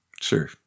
Sure